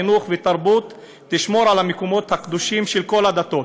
חינוך ותרבות ותשמור על המקומות הקדושים של כל הדתות.